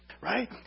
Right